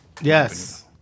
Yes